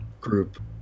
group